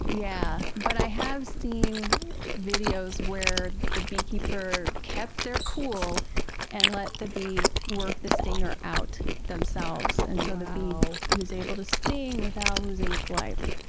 yeah, but i have seen videos where the beekeeper kept their cool and let the bee work the stinger out themselves and so the bee was able to sting without losing its life.